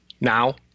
now